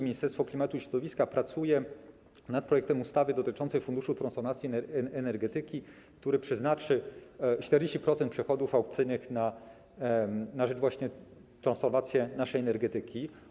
Ministerstwo Klimatu i Środowiska pracuje nad projektem ustawy dotyczącej funduszu transformacji energetyki, który przeznaczy 40% przychodów aukcyjnych właśnie na transformację naszej energetyki.